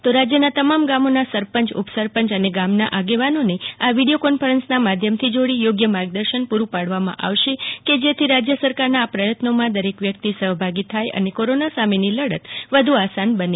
તો રાજયના તમામ ગામોના સરપંચ ઉપસરપંચએ ગામ ના આગવાનોને આ વિડીયો કોન્ફરન્સના માધ્યમથી જોડી યોગ્ય માગદશન પુરું પાડવામાં આવશે કે જેથી રાજય સરકારના આ પ્રયત્નોમાં દરેક વ્યકિત સહભાગી થાયએ કોરોના સામેની લડત વધુ આસાન બને